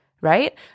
right